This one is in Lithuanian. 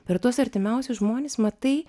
per tuos artimiausius žmones matai